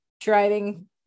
driving